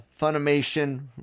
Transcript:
Funimation